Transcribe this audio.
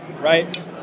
Right